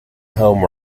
home